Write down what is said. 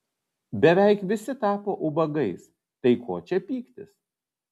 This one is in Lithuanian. beveik visi tapo ubagais tai ko čia pyktis